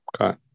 Okay